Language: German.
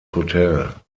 hotel